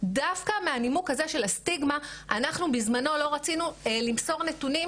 דווקא מהנימוק הזה של הסטיגמה אנחנו בזמנו לא רצינו למסור נתונים